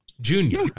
junior